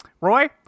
Roy